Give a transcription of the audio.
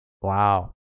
Wow